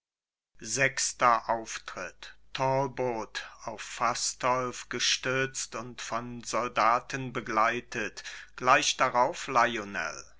sechster auftritt talbot auf fastolf gestützt und von soldaten begleitet gleich darauf lionel